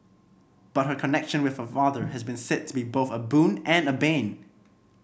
but her connection with her father has been said to be both a boon and a bane